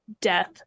death